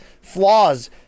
flaws